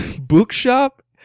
bookshop